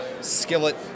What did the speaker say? Skillet